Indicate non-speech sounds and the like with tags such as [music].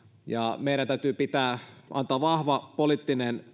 ja meidän täytyy antaa vahva poliittinen [unintelligible]